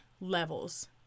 levels